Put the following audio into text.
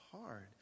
hard